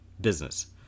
business